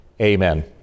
amen